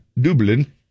Dublin